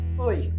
oi